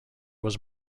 was